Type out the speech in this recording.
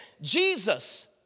Jesus